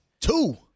Two